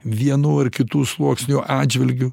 vienų ar kitų sluoksnių atžvilgiu